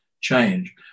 change